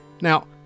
Now